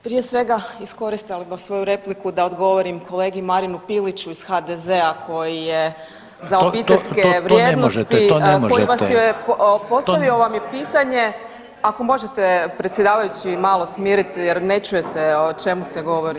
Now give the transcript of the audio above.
Prije svega iskoristila bih svoju repliku da odgovorim kolegi Marinu Piliću iz HDZ-a koji je za obiteljske vrijednosti [[Upadica: To, to, to ne možete.]] a koji vas je, postavio vam je pitanje, ako možete predsjedavajući malo smiriti jer ne čuje se o čem se govori.